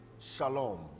Shalom